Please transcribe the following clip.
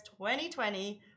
2020